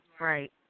right